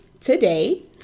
today